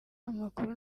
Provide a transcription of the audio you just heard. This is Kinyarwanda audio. amakuru